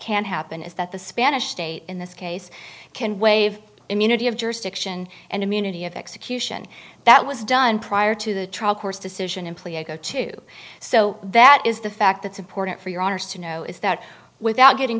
can happen is that the spanish state in this case can waive immunity of jurisdiction and immunity of execution that was done prior to the trial court's decision employee i go to so that is the fact that's important for your honour's to know is that without getting